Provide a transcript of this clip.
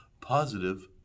positive